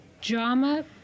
drama